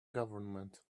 government